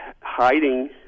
hiding